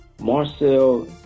Marcel